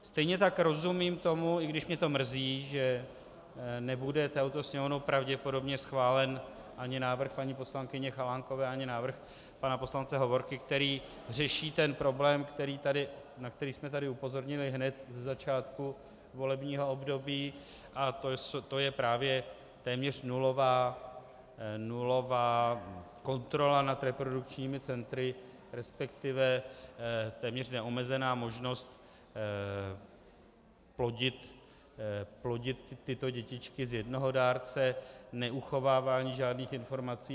Stejně tak rozumím tomu, i když mě to mrzí, že nebude touto Sněmovnou pravděpodobně schválen ani návrh paní poslankyně Chalánkové, ani návrh pana poslance Hovorky, který řeší problém, na který jsme tady upozornili hned ze začátku volebního období, a to je právě téměř nulová kontrola nad reprodukčními centry, resp. téměř neomezená možnost plodit tyto dětičky z jednoho dárce, neuchovávání žádných informací.